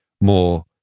more